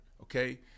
okay